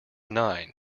nine